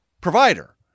provider